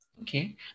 Okay